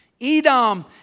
Edom